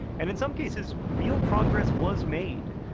and in some cases, real progress was made.